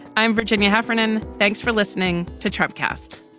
i'm virginia heffernan. thanks for listening to typecast